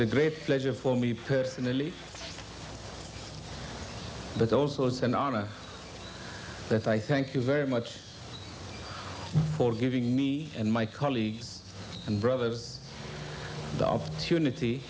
a great pleasure for me personally but also it's an honor that i thank you very much for giving me and my colleagues and brothers the opportunity